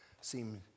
seem